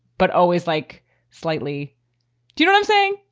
but always like slightly you don't i'm saying,